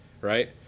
right